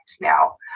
now